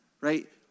right